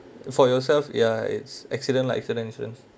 for yourself ya it's accident life insurance insurance